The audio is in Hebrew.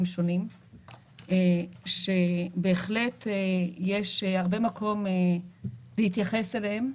שונים שבהחלט יש הרבה מקום להתייחס אליהם.